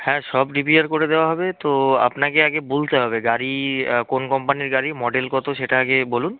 হ্যাঁ সব রিপেয়ার করে দেওয়া হবে তো আপনাকে আগে বলতে হবে গাড়ি কোন কোম্পানির গাড়ি মডেল কতো সেটা আগে বলুন